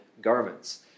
garments